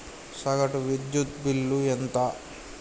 సగటు విద్యుత్ బిల్లు ఎంత?